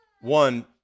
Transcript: One